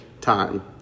time